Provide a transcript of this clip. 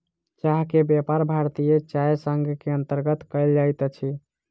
चाह के व्यापार भारतीय चाय संग के अंतर्गत कयल जाइत अछि